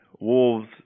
wolves